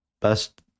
best